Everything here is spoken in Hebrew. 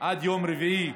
עד יום רביעי,